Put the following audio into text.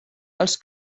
als